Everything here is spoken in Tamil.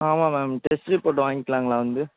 ஆமாம் மேம் டெஸ்ட் ரிப்போர்ட் வாங்கிக்கிலாங்களா வந்து